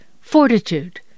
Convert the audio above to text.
fortitude